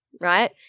right